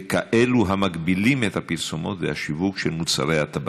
וכאלה המגבילים את הפרסומות והשיווק של מוצרי הטבק.